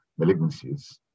malignancies